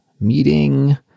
meeting